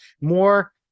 More